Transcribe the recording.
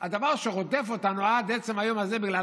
הדבר שרודף אותנו עד עצם היום הזה בגלל